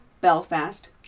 Belfast